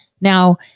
Now